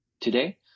today